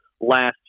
last